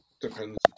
Depends